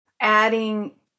adding